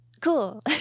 cool